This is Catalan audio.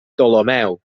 ptolemeu